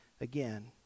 again